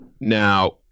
Now